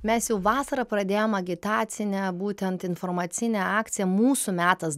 mes jau vasarą pradėjom agitacinę būtent informacinę akciją mūsų metas